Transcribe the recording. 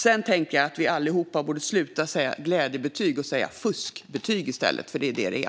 Sedan tänker jag att vi allihop borde sluta säga glädjebetyg och i stället säga fuskbetyg, för det är vad det är.